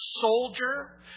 soldier